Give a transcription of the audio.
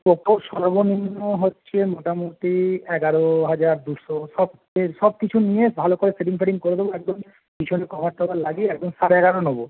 Poco সর্বনিম্ন হচ্ছে মোটামোটি এগারো হাজার দুশো সব এর সব কিছু নিয়ে ভালো করে সেটিং ফেটিং করে দেবো একদম পিছনে কভার টভার লাগিয়ে একদম সাড়ে এগারো নোবো